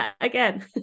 again